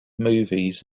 movies